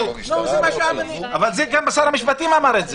גם שר המשפטים אמר את זה.